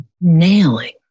nailing